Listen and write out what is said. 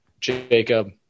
Jacob